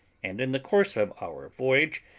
and in the course of our voyage,